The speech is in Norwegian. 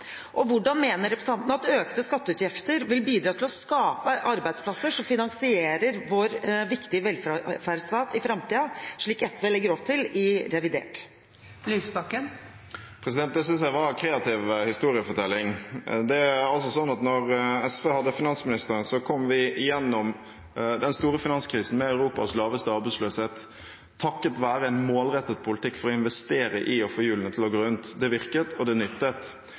Og hvordan mener representanten at økte skatteutgifter vil bidra til å skape arbeidsplasser som finansierer vår viktige velferdsstat i framtiden, slik SV legger opp til i revidert? Dette synes jeg var kreativ historiefortelling. Det er altså slik at da SV hadde finansministeren, kom vi igjennom den store finanskrisen med Europas laveste arbeidsløshet, takket være en målrettet politikk for å investere i å få hjulene til å gå rundt. Det virket, og det nyttet.